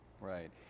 Right